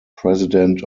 president